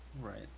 right